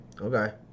Okay